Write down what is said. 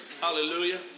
Hallelujah